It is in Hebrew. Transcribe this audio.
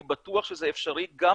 אני בטוח שזה אפשרי, גם